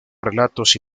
relatos